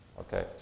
Okay